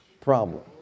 problem